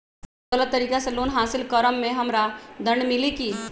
गलत तरीका से लोन हासिल कर्म मे हमरा दंड मिली कि?